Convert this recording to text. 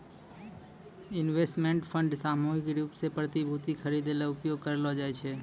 investment fund सामूहिक रूप सें प्रतिभूति खरिदै ल उपयोग करलो जाय छै